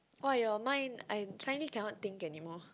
!wah! your mind I suddenly cannot think anymore